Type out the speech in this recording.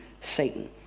Satan